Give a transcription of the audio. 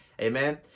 Amen